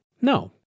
No